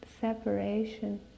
separation